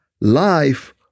life